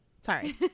sorry